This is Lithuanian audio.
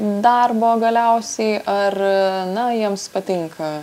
darbo galiausiai ar na jiems patinka